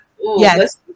Yes